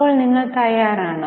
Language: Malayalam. അപ്പോൾ നിങ്ങൾ തയ്യാറാണോ